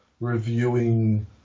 reviewing